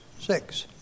six